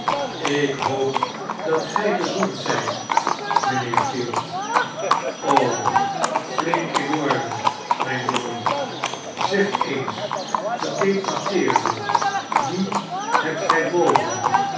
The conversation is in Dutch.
ik hoop dat gy gezond zyt mijnheer field flink in orde myn jongen zeg eens gedeputeerde wie hebt gy